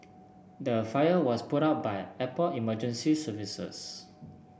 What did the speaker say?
the fire was put out by airport emergency services